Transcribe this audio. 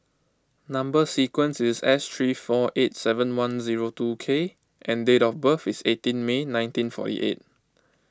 Number Sequence is S three four eight seven one zero two K and date of birth is eighteen May nineteen fourty eight